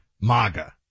MAGA